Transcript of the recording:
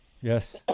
Yes